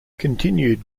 continued